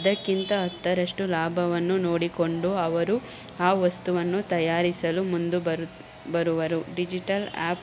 ಅದಕ್ಕಿಂತ ಹತ್ತರಷ್ಟು ಲಾಭವನ್ನು ನೋಡಿಕೊಂಡು ಅವರು ಆ ವಸ್ತುವನ್ನು ತಯಾರಿಸಲು ಮುಂದೆ ಬರು ಬರುವರು ಡಿಜಿಟಲ್ ಆ್ಯಪ್